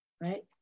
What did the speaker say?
right